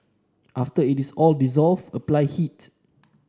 after it is all dissolved apply heat